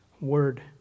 word